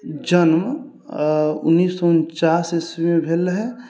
जन्म उन्नैस सए उनचास ईस्वीमे भेल रहै